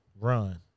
run